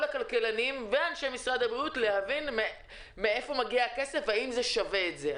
הכלכלנים ואנשי משרד הבריאות להבין מאיפה מגיע הכסף והאם זה שווה את זה.